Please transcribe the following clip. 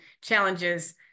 challenges